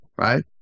Right